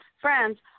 friends